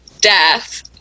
death